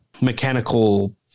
mechanical